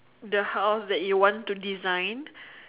the house that you want to design